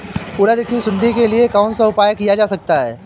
उड़द की सुंडी के लिए कौन सा उपाय किया जा सकता है?